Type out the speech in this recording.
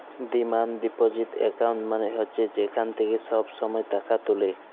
demand deposit account মালে হছে যেখাল থ্যাইকে ছব ছময় টাকা তুলে